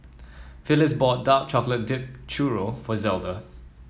Phillis bought Dark Chocolate Dipped Churro for Zelda